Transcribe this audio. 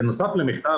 בנוסף למכתב,